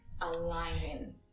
aligning